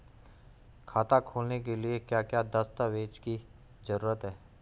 खाता खोलने के लिए क्या क्या दस्तावेज़ की जरूरत है?